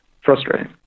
frustrating